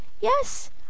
Yes